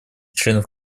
членов